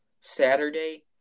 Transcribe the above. Saturday